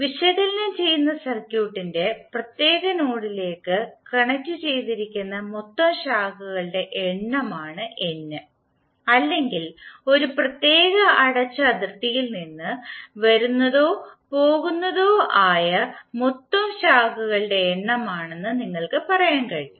വിശകലനം ചെയ്യുന്ന സർക്ക്യൂട്ടിന്റെ പ്രത്യേക നോഡിലേക്ക് കണക്റ്റുചെയ്തിരിക്കുന്ന മൊത്തം ശാഖകളുടെ എണ്ണം ആണ് എൻ അല്ലെങ്കിൽ ഒരു പ്രത്യേക അടച്ച അതിർത്തിയിൽ നിന്ന് വരുന്നതോ പോകുന്നതോ ആയ മൊത്തം ശാഖകളുടെ എണ്ണം ആണെന്ന് നിങ്ങൾക്ക് പറയാൻ കഴിയും